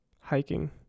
Hiking